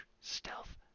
stealth